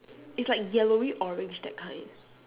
it's like yellowy orange that kind